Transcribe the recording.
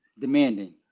demanding